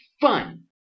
fun